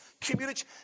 community